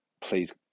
Please